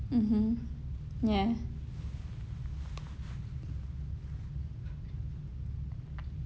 mmhmm yes